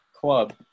club